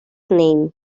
name